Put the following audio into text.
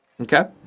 Okay